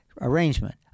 arrangement